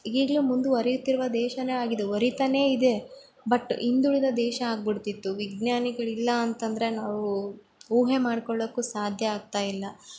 ಈಗಲು ಮುಂದುವರಿಯುತ್ತಿರುವ ದೇಶ ಆಗಿದೆ ವರಿತಾನೆ ಇದೆ ಬಟ್ ಹಿಂದುಳಿದ ದೇಶ ಆಗ್ಬಿಡ್ತಿತ್ತು ವಿಜ್ಞಾನಿಗಳು ಇಲ್ಲಾಂತಂದರೆ ನಾವು ಊಹೆ ಮಾಡಿಕೊಳ್ಳೋಕು ಸಾಧ್ಯ ಆಗ್ತಾ ಇಲ್ಲ